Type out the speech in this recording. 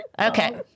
Okay